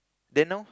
then now